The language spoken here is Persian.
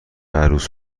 عروس